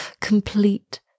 complete